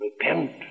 Repent